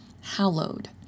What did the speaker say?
hallowed